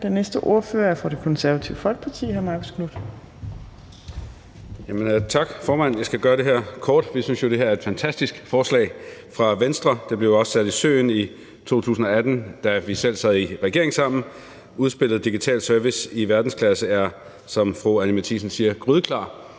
Den næste ordfører er fra Det Konservative Folkeparti. Hr. Marcus Knuth. Kl. 15:21 (Ordfører) Marcus Knuth (KF): Tak, formand. Jeg skal gøre det her kort. Vi synes jo, at det her er et fantastisk forslag fra Venstre. Det blev også sat i søen i 2018, da vi selv sad i regering sammen. Udspillet »Digital service i verdensklasse« er, som fru Anni Matthiesen siger, grydeklart,